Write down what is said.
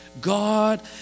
God